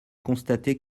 constater